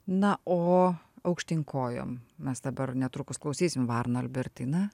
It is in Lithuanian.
na o aukštyn kojom mes dabar netrukus klausysim varna albertina